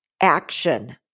action